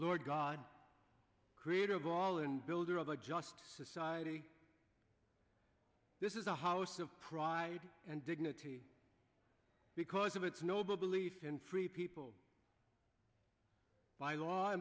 lord god creator of all and builder of a just society this is a house of pride and dignity because of its noble belief in free people by law